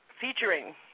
featuring